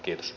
kiitos